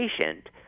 patient